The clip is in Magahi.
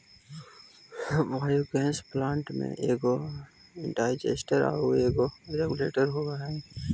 बायोगैस प्लांट में एगो डाइजेस्टर आउ एगो रेगुलेटर होवऽ हई